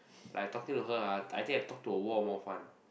like talking to her I think I talk to a wall more fun ah